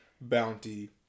bounty